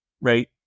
right